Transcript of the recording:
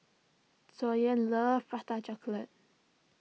Dwyane loves Prata Chocolate